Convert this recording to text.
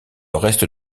reste